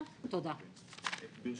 ברשותך,